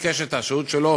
והוא ביקש את השהות שלו